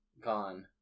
gone